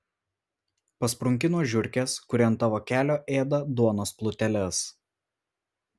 pasprunki nuo žiurkės kuri ant tavo kelio ėda duonos pluteles